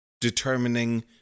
determining